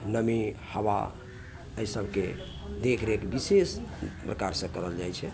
नमी हबा एहि सबके देखि रेख बिशेष प्रकार से करल जाइ छै